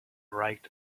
right